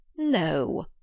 No